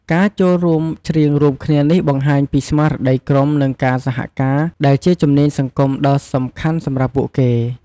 ការចូលរួមច្រៀងរួមគ្នានេះបង្ហាញពីស្មារតីក្រុម និងការសហការ ដែលជាជំនាញសង្គមដ៏សំខាន់សម្រាប់ពួកគេ។